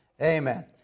Amen